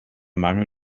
mangel